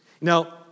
Now